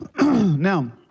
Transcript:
Now